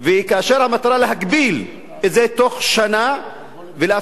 המטרה היא להגביל את זה בתוך שנה ולאפשר,